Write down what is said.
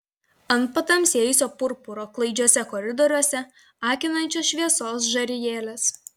ant patamsėjusio purpuro klaidžiuose koridoriuose akinančios šviesos žarijėlės